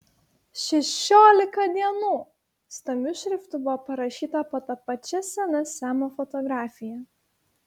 šešiolika dienų stambiu šriftu buvo parašyta po ta pačia sena semo fotografija